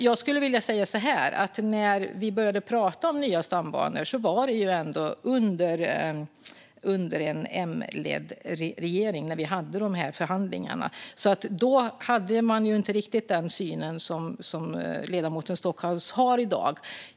När vi började att prata om nya stambanor var det ändå under en Mledd regering som vi hade förhandlingarna. Då hade man inte riktigt den syn som ledamoten Stockhaus har i dag.